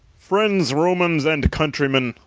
friends, romans, and countrymen,